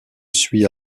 suit